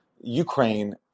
Ukraine